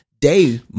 day